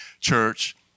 Church